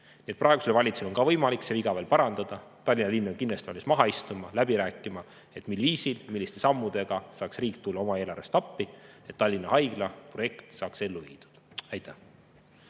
Praegusel valitsusel on võimalik see viga veel parandada. Tallinna linn on kindlasti valmis maha istuma ja läbi rääkima, mil viisil ja milliste sammudega saaks riik tulla oma eelarvest appi, et Tallinna Haigla projekt saaks ellu viidud. Aitäh!